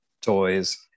toys